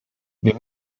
wir